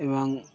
এবং